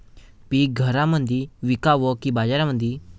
पीक घरामंदी विकावं की बाजारामंदी?